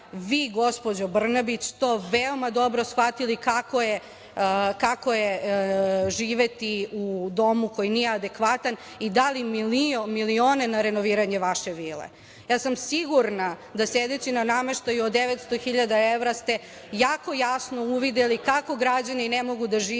vi, gospođo Brnabić, to veoma dobro shvatili kako je živeti u domu koji adekvatan i dali milione na renoviranje vaše vile. Ja sam sigurna da sedeći na nameštaju od 900.000 evra ste jako jasno uvideli kako građani ne mogu da žive